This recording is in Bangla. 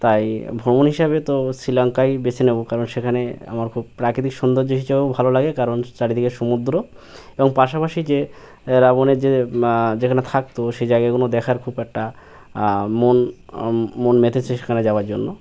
তাই ভ্রমণ হিসাবে তো শ্রীলঙ্কাই বেছে নেবো কারণ সেখানে আমার খুব প্রাকৃতিক সৌন্দর্য হিসেবেও ভালো লাগে কারণ চারিদিকে সমুদ্র এবং পাশাপাশি যে রাবণের যে যেখানে থাকতো সেই জায়গাগুনো দেখার খুব একটা মন মন মেতেছে সেখানে যাওয়ার জন্য